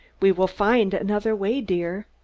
we will find another way, dear.